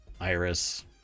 iris